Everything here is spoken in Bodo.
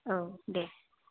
औ दे